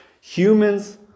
Humans